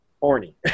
horny